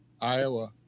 Iowa